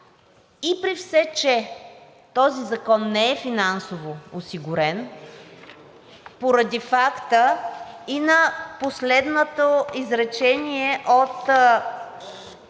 И при все че този закон не е финансово осигурен и поради факта на последното изречение от